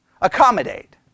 accommodate